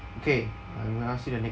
okay I will ask you the next